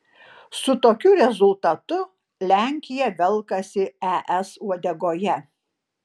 su tokiu rezultatu lenkija velkasi es uodegoje